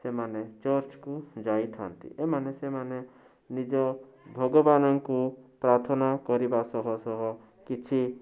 ସେମାନେ ଚର୍ଚ୍ଚ କୁ ଯାଇଥାନ୍ତି ଏମାନେ ସେମାନେ ନିଜ ଭଗବାନଙ୍କୁ ପ୍ରାର୍ଥନା କରିବା ସହ ସହ କିଛି